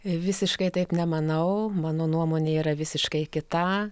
visiškai taip nemanau mano nuomonė yra visiškai kita